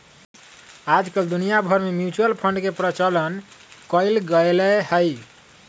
आजकल दुनिया भर में म्यूचुअल फंड के प्रचलन कइल गयले है